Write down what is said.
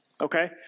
okay